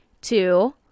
two